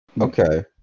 okay